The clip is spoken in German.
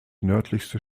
nördlichste